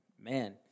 Man